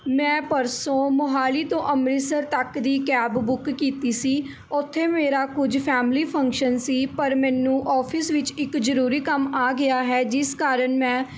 ਮੈਂ ਪਰਸੋਂ ਮੋਹਾਲੀ ਤੋਂ ਅੰਮ੍ਰਿਤਸਰ ਤੱਕ ਦੀ ਕੈਬ ਬੁੱਕ ਕੀਤੀ ਸੀ ਉੱਥੇ ਮੇਰਾ ਕੁਝ ਫੈਮਲੀ ਫੰਕਸ਼ਨ ਸੀ ਪਰ ਮੈਨੂੰ ਔਫਿਸ ਵਿੱਚ ਇੱਕ ਜ਼ਰੂਰੀ ਕੰਮ ਆ ਗਿਆ ਹੈ ਜਿਸ ਕਾਰਨ ਮੈਂ